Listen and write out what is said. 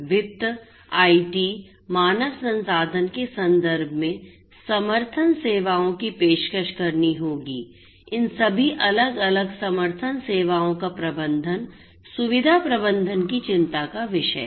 वित्त आईटी मानव संसाधन के संदर्भ में समर्थन सेवाओं की पेशकश करनी होगी इन सभी अलग अलग समर्थन सेवाओं का प्रबंधन सुविधा प्रबंधन की चिंता का विषय है